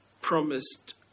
promised